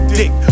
dick